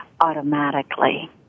automatically